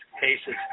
cases